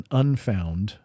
unfound